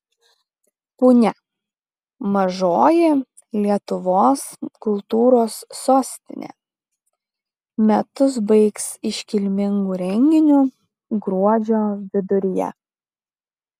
punia mažoji lietuvos kultūros sostinė metus baigs iškilmingu renginiu gruodžio viduryje